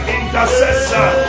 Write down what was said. intercessor